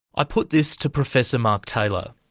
i put this to professor mark taylor.